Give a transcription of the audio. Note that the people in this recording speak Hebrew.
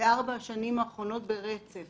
בארבע השנים האחרונות ברצף,